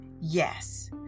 Yes